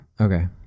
okay